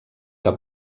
que